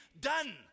done